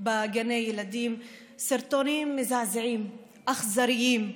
בגני הילדים, סרטונים מזעזעים, אכזריים.